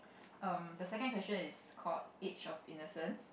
um the second question is called each of innocence